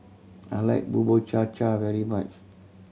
I like Bubur Cha Cha very much